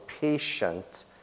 patient